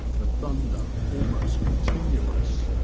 the thunder almost continuous,